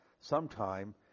sometime